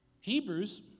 Hebrews